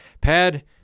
Pad